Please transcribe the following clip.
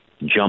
jump